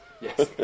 Yes